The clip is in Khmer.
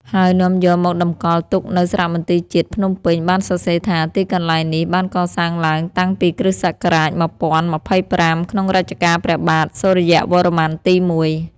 ហើយនាំយកមកតម្កល់ទុកនៅសារមន្ទីរជាតិភ្នំពេញ បានសរសេរថា ទីកន្លែងនេះបានកសាងឡើងតាំងពីគ.ស. ១០២៥ ក្នុងរជ្ជកាលព្រះបាទសូរ្យវរ្ម័នទី១ ។